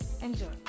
Enjoy